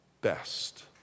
best